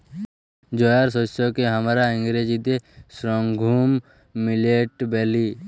জয়ার শস্যকে হামরা ইংরাজিতে সর্ঘুম মিলেট ব্যলি